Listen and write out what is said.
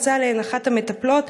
יצאה אליהן אחת המטפלות